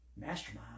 mastermind